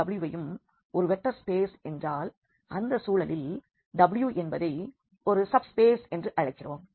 VWயும் ஒரு vector space என்றால் அந்த சூழலில் Wஎன்பதை ஒரு சப்ஸ்பேஸ் என்று அழைக்கிறோம்